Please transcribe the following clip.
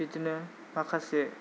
बिदिनो माखासे